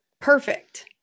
perfect